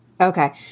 Okay